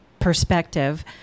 Perspective